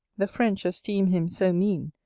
the french esteem him so mean,